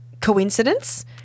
coincidence